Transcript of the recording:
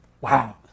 Wow